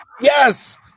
Yes